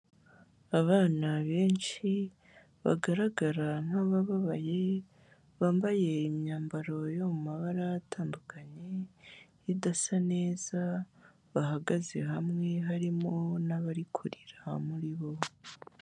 Abana benshi, bagaragara nk'abababaye, bambaye imyambaro yo mu mabara atandukanye, idasa neza, bahagaze hamwe, harimo n'abari kurira muri bo.